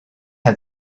had